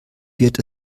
wird